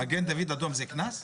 למה, מגן דוד אדום זה קנס?